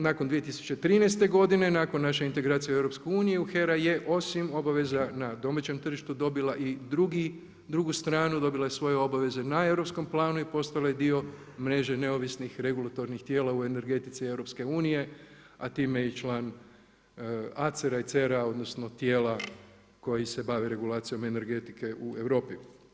Nakon 2013. nakon naše integracije u EU, HERA je osim obaveza na domaćem tržištu dobila i drugu stranu, dobila je svoje obaveze na europskom planu i postala je dio mrže neovisnih regulatornih tijela u energetici EU a time i član ACER-a i CER-a odnosno, tijela koji se bave regulacijom energetike u Europi.